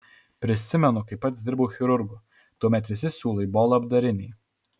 prisimenu kai pats dirbau chirurgu tuomet visi siūlai buvo labdariniai